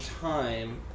time